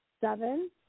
seven